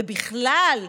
ובכלל,